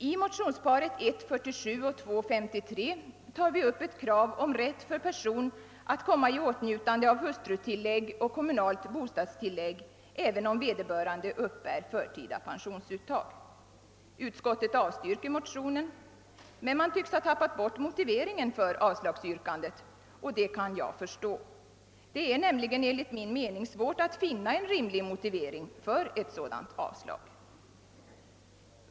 I motionsparet 1:47 och II:53 tar vi upp ett krav om rätt för person att komma i åtnjutande av hustrutillägg och kommunalt bostadstillägg även om vederbörande uppbär förtida pensionsuttag. Utskottet avstyrker motionen men tycks ha tappat bort motiveringen för avslagsyrkandet. Det kan jag förstå. Det är nämligen enligt min mening svårt att finna en rimlig motivering för ett sådant avslag.